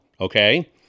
okay